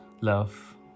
love